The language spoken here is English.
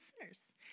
sinners